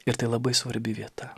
ir tai labai svarbi vieta